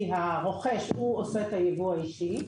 כי הרוכש הוא עושה את היבוא האישי,